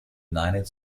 united